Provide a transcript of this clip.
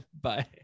Bye